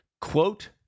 Quote